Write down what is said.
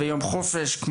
יום חופש,